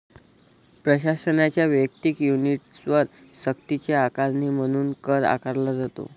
प्रशासनाच्या वैयक्तिक युनिट्सवर सक्तीची आकारणी म्हणून कर आकारला जातो